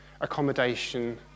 accommodation